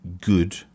good